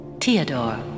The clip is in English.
Theodore